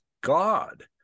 God